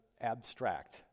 abstract